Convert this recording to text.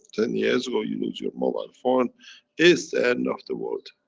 ten years ago, you lose your mobile phone it's end of the world.